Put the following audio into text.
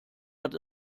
hat